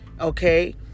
Okay